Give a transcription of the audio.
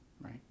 Right